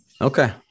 Okay